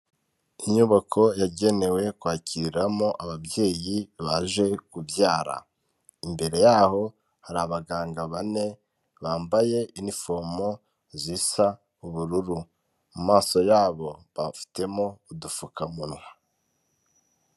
Inyubako yagenewe kwakiriramo ababyeyi baje kubyara, imbere yaho hari abaganga bane bambaye inifomo zisa ubururu mu maso yabo bafitemo udupfukamunwa.